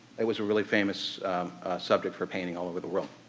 it was a really famous subject for painting all over the world.